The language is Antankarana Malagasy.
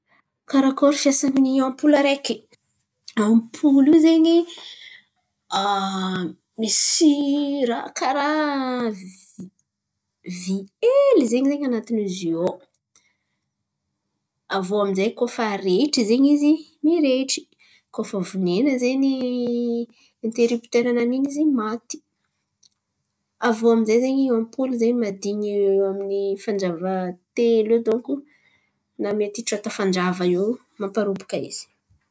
Karakôry fiasany ampoly araiky? Ampoly io zen̈y, misy raha karà vÿ vÿ hely ze zen̈y an̈atiny zio ao. Aviô aminjay koa fa arehitry zen̈y izy, mirehitry. Koa fa venan̈a zen̈y interipitera nany izy maty. Aviô aminjay zen̈y ampoly zen̈y mahadin̈y iô iô amin'ny fanjava telo iô donko na mety tsiôta fanjava iô mamparobaka izy.